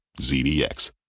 ZDX